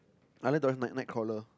I like to watch night Nightcrawler